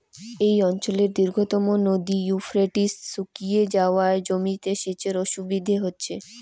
এই অঞ্চলের দীর্ঘতম নদী ইউফ্রেটিস শুকিয়ে যাওয়ায় জমিতে সেচের অসুবিধে হচ্ছে